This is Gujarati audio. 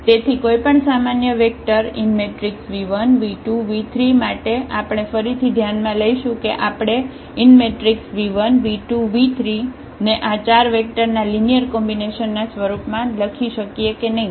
તેથી કોઈપણ સામાન્ય વેક્ટર v1 v2 v3 માટે આપણે ફરીથી ધ્યાન માં લેશું કે આપણે v1 v2 v3 ને આ ચાર વેક્ટર ના લિનિયર કોમ્બિનેશનના સ્વરૂપના લખી શકીએ કે નહિ